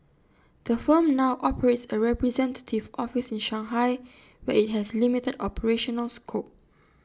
the firm now operates A representative office in Shanghai where IT has limited operational scope